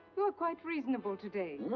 you're quite reasonable today. ah,